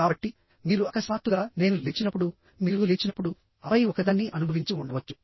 కాబట్టి మీరు అకస్మాత్తుగా నేను లేచినప్పుడు మీరు లేచినప్పుడు ఆపై ఒకదాన్ని అనుభవించి ఉండవచ్చు